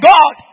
God